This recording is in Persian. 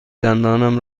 دندانم